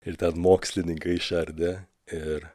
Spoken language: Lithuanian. ir ten mokslininkai išardė ir